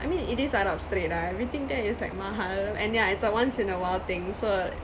I mean it is arab street lah everything there is like mahal and yeah it's a once in a while thing so